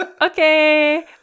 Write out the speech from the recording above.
okay